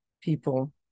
people